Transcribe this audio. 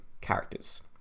characters